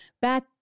back